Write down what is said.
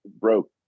broke